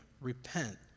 repent